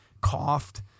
coughed